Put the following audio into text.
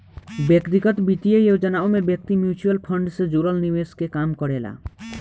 व्यक्तिगत वित्तीय योजनाओं में व्यक्ति म्यूचुअल फंड से जुड़ल निवेश के काम करेला